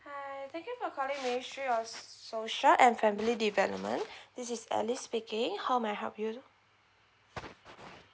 hi thank you for calling ministry of social and family development this is alice speaking how may I help you